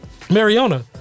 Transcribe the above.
Mariona